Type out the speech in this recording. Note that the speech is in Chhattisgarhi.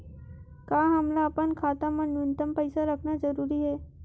का हमला अपन खाता मा न्यूनतम पईसा रखना जरूरी हे?